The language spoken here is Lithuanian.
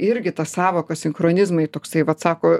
irgi ta sąvoka sinchronizmai toksai vat sako